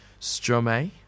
Stromae